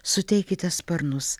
suteikite sparnus